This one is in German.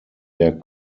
der